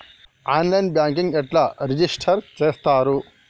On line banking ఎట్లా register చేత్తరు?